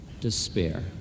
Despair